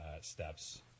steps